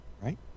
right